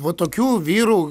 va tokių vyrų